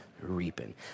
reaping